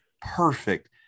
perfect